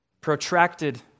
Protracted